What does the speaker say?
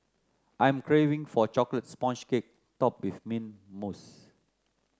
I am craving for a chocolate sponge cake topped with mint mousse